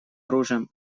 оружием